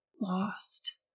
lost